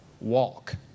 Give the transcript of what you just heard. walk